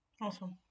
Awesome